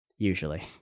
Usually